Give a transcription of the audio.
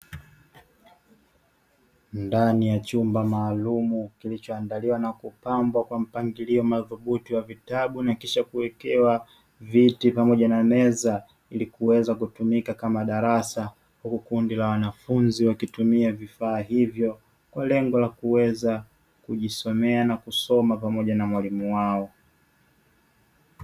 Ndani ya chumba maalumu kilichoandaliwa na kupambwa kwa mpangilio madhubuti wa vitabu na kisha kuwekewa viti pamoja na meza ili kuweza kutumika kama darasa. Huku kundi la wanafunzi wakitumia vifaa hivyo kwa lengo la kuweza kujisomea na kusoma pamoja na mwalimu wao.